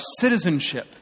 citizenship